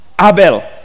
Abel